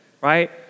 right